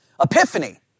Epiphany